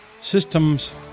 systems